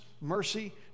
mercy